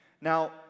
Now